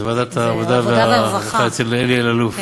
זה ועדת העבודה והרווחה, אצל אלי אלאלוף.